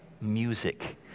music